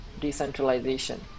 decentralization